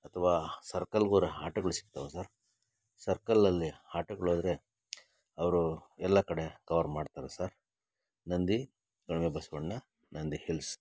ಅಥವಾ ಸರ್ಕಲ್ಗೆ ಹೋದ್ರೆ ಆಟೋಗಳು ಸಿಕ್ತವಾ ಸರ್ ಸರ್ಕಲ್ಲಲ್ಲಿ ಆಟೋಗಳೋದ್ರೆ ಅವರು ಎಲ್ಲ ಕಡೆ ಕವರ್ ಮಾಡ್ತಾರಾ ಸರ್ ನಂದಿ ಕಣಿವೆ ಬಸವಣ್ಣ ನಂದಿ ಹಿಲ್ಸ್